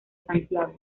santiago